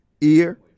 ear